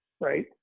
right